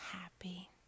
happy